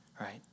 right